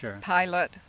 pilot